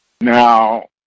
Now